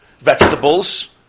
vegetables